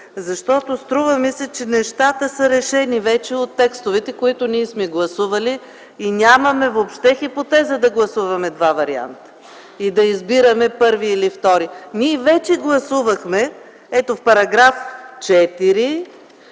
защото струва ми се, че нещата са решени вече от текстовете, които сме гласували, и нямаме въобще хипотеза да гласуваме два варианта и да избираме първи или втори. Ние вече гласувахме. Ето, в § 4,